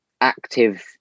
active